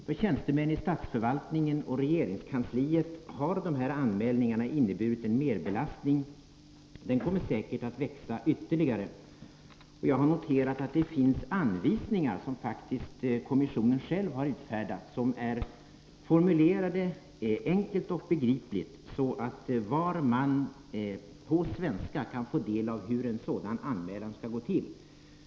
För tjänstemän i statsförvaltningen och regeringskansliet har dessa anmälningar inneburit en merbelastning, som säkert kommer att växa ytterligare. Jag har noterat att det finns anvisningar som faktiskt kommissionen själv har utfärdat och som är enkelt och begripligt formulerade, så att var och en på svenska kan få del av hur en sådan här anmälan skall gå till.